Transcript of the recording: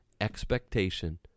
expectation